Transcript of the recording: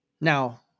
Now